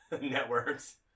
networks